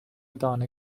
دانه